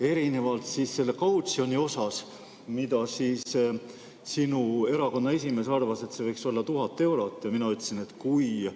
erinevalt kautsjonist, mille kohta sinu erakonna esimees arvas, et see võiks olla 1000 eurot, ja mina ütlesin, et kui